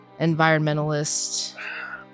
Environmentalist